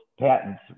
patents